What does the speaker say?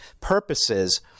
purposes